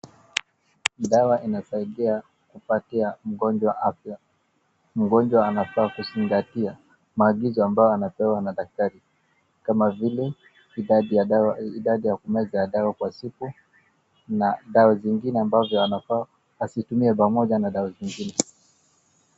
Dawa inasaidia kupatia mgonjwa afya ,mgonjwa anafaa kuzingatia maagizo ambayo anapewa na daktari kama vile idadi ya kumeza dawa kwa siku na dawa zingine ambazo anafaa asitumie pamoja na dawa zingine.